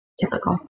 typical